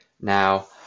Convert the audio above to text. Now